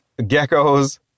geckos